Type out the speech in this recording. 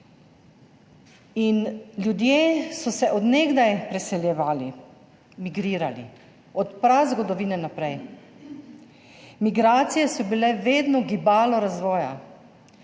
Ljudje so se od nekdaj preseljevali, migrirali, od prazgodovine naprej. Migracije so bile vedno gibalo razvoja,